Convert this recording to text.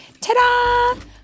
ta-da